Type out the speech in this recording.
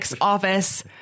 office